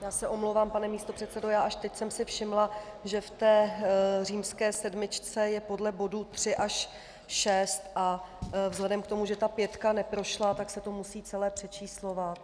Já se omlouvám, pane místopředsedo, až teď jsem si všimla, že v té římské sedmičce je podle bodu 3 až 6 a vzhledem k tomu, že ta pětka neprošla, tak se to musí celé přečíslovat.